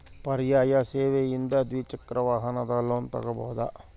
ಪರ್ಯಾಯ ಸೇವೆಯಿಂದ ದ್ವಿಚಕ್ರ ವಾಹನದ ಲೋನ್ ತಗೋಬಹುದಾ?